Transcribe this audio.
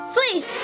Please